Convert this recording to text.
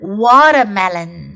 watermelon